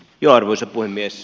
arvoisa puhemies